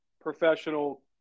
professional